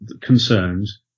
concerns